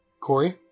Corey